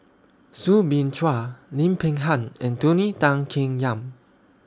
Soo Bin Chua Lim Peng Han and Tony Tan Keng Yam